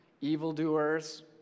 evildoers